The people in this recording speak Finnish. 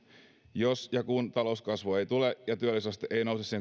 jos ja kun talouskasvua ei tule ja työllisyysaste ei nouse